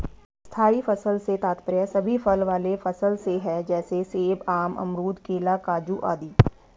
स्थायी फसल से तात्पर्य सभी फल वाले फसल से है जैसे सेब, आम, अमरूद, केला, काजू आदि